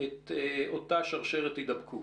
את אותה שרשרת הידבקות.